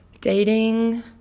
dating